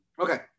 okay